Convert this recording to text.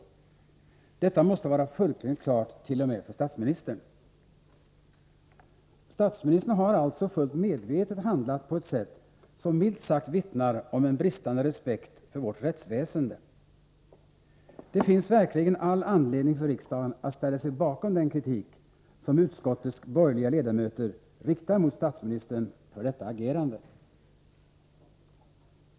Detta måste vara fullkomligt klart t.o.m. för statsministern. Statsministern har alltså fullt medvetet handlat på ett sätt som minst sagt vittnar om en bristande respekt för vårt rättsväsende. Det finns verkligen all anledning för riksdagen att ställa sig bakom den kritik som utskottets borgerliga ledamöter riktar mot statsministern för detta agerande.